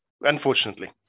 unfortunately